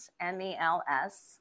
M-E-L-S